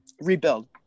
rebuild